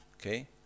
Okay